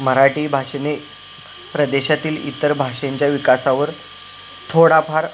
मराठी भाषेने प्रदेशातील इतर भाषेंच्या विकासावर थोडाफार